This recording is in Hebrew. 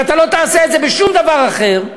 אתה לא תעשה את זה בשום דבר אחר,